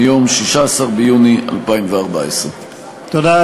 מיום 16 ביוני 2014. תודה,